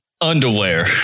underwear